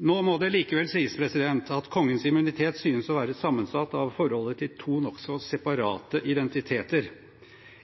Nå må det likevel sies at kongens immunitet synes å være sammensatt av forholdet til to nokså separate identiteter,